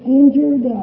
injured